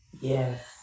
Yes